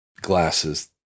glasses